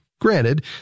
Granted